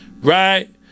right